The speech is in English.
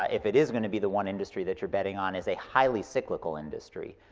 ah if it is gonna be the one industry that you're betting on, is a highly cyclical industry.